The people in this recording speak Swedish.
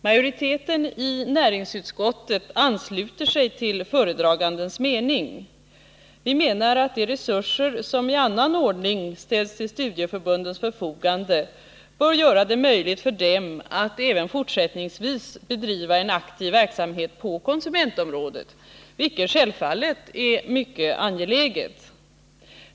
Majoriteten i näringsutskottet ansluter sig till föredragandens mening och anser att de resurser som i annan ordning ställs till studieförbundens förfogande bör göra det möjligt för dem att även fortsättningsvis bedriva en aktiv verksamhet på konsumentområdet, vilket självfallet är mycket angeläget.